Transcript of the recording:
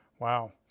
Wow